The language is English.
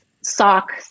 sock